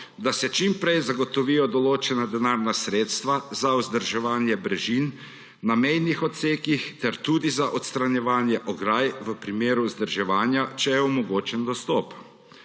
da se čim prej zagotovijo določena denarna sredstva za vzdrževanje brežin na mejnih odsekih ter tudi za odstranjevanje ograj v primeru vzdrževanja, če je omogočen dostop.